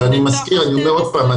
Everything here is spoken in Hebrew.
אבל אני מזכיר עוד פעם,